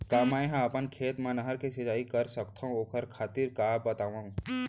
का मै ह अपन खेत मा नहर से सिंचाई कर सकथो, ओखर तरीका ला बतावव?